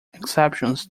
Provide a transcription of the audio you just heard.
exceptions